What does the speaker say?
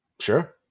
Sure